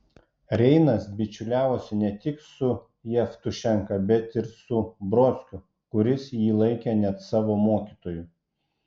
reinas bičiuliavosi ne tik su jevtušenka bet ir su brodskiu kuris jį laikė net savo mokytoju